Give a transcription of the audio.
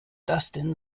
dustin